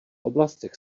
oblastech